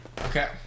okay